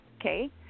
Okay